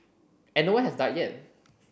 and no one has died yet